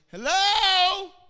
Hello